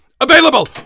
Available